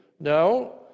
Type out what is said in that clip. no